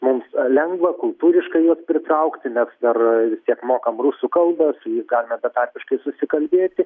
mums lengva kultūriškai juos pritraukti nes dar vis tiek mokam rusų kalbas galime betarpiškai susikalbėti